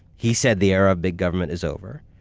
he said the era of big government is over.